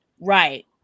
Right